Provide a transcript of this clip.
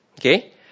Okay